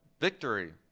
victory